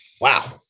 Wow